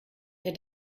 der